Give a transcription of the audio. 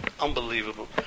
Unbelievable